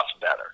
better